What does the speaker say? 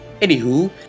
Anywho